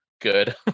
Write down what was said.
good